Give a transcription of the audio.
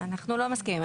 אנחנו לא מסכימים.